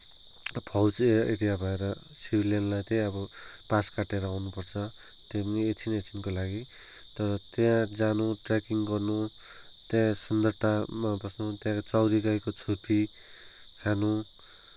फौजी एरिया भएर सिभिलियनलाई चाहिँ अब पास काटेर आउनुपर्छ त्यही पनि एकछिन एकछिनको लागि तर त्यहाँ जानु ट्र्याकिङ गर्नु त्यहाँ सुन्दरता बस्नु त्यहाँको चौरी गाईको छुर्पी खानु